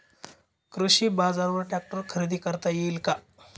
कृषी बाजारवर ट्रॅक्टर खरेदी करता येईल का?